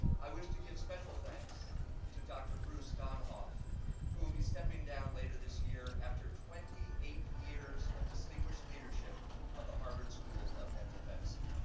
i wish to give special thanks to dr. bruce donohoff who will be stepping down later this year after twenty eight years of distinguished leadership of the harvard school of dental medicine.